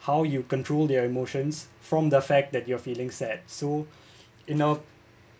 how you control the emotions from the fact that you're feeling sad so in a